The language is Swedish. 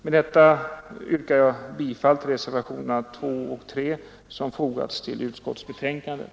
Med detta yrkar jag bifall till reservationerna 2 och 3, som fogats till utskottsbetänkandet.